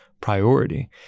priority